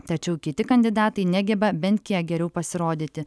tačiau kiti kandidatai negeba bent kiek geriau pasirodyti